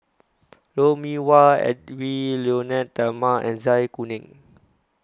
Lou Mee Wah Edwy Lyonet Talma and Zai Kuning